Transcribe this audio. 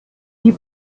die